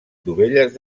dovelles